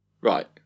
Right